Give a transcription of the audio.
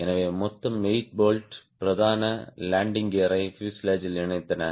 எனவே மொத்த 8 போல்ட்கள் பிரதான லேண்டிங் கியரை பியூசேலாஜ் இணைத்தன